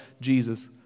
Jesus